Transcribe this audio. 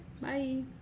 Bye